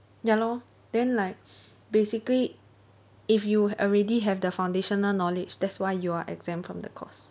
ya lor then like basically if you already have the foundational knowledge that's why you are exempt from the course